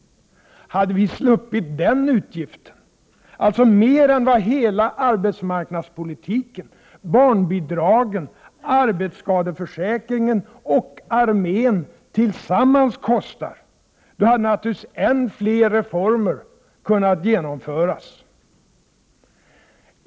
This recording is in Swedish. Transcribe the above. Hade vi sluppit den utgiften, alltså mer än vad arbetsmarknadspolitiken, barnbidragen, arbetsskadeförsäkringen och hela armén kostar tillsammans, hade naturligtvis än fler reformer kunnat genomföras.